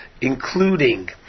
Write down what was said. including